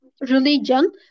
religion